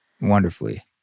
wonderfully